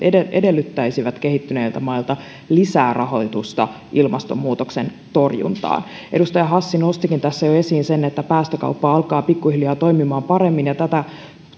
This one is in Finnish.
edellyttäisivät kehittyneiltä mailta lisää rahoitusta ilmastonmuutoksen torjuntaan edustaja hassi nostikin tässä jo esiin sen että päästökauppa alkaa pikkuhiljaa toimimaan paremmin ja tätä